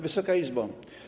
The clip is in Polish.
Wysoka Izbo!